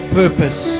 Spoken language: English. purpose